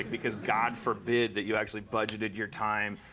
because god forbid that you actually budgeted your time,